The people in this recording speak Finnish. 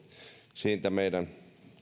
siitä meidän